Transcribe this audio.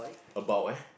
about where